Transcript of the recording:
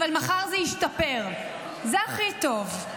אבל מחר זה ישתפר, זה הכי טוב.